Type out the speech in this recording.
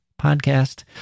podcast